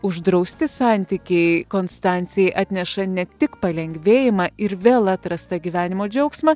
uždrausti santykiai konstancijai atneša ne tik palengvėjimą ir vėl atrastą gyvenimo džiaugsmą